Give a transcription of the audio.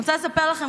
אני רוצה לספר לכם,